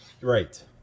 Right